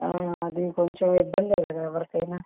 ఆ అది కొంచెం ఇబ్బందే కదా ఎవరికి అయినా